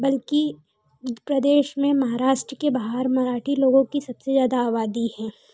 बल्कि प्रदेश में महाराष्ट्र के बाहर मराठी लोगों की सबसे ज़्यादा आबादी हैं